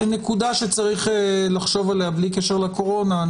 זה נקודה שיש לחשוב עליה, בלי קשר לקורונה.